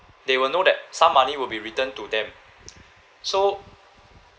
they will know that some money will be returned to them so